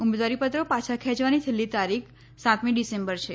ઉમેદવારીપત્રો પાછા ખેંચવાની છેલ્લી તારીખ સાતમી ડિસેમ્બર છે